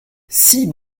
six